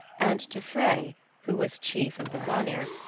and to frey, who was chief of the vanir,